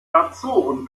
azoren